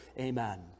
Amen